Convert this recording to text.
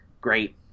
great